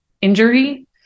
injury